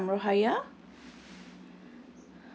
uh I'm rohayah